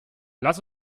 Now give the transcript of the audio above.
lass